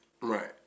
Right